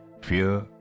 fear